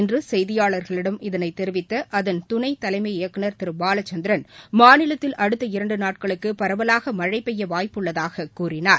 இன்று செய்தியாளர்களிடம் இதனை தெரிவித்த அதன் துணை தலைமை இயக்குநர் திரு பாலச்சந்திரன் மாநிலத்தில் அடுத்த இரண்டு நாட்களுக்கு பரவலாக மழை பெய்ய வாய்ப்புள்ளதாக கூறினார்